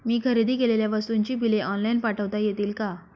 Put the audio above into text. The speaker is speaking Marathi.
मी खरेदी केलेल्या वस्तूंची बिले ऑनलाइन पाठवता येतील का?